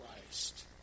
Christ